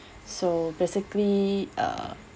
so basically uh